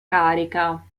carica